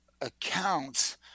accounts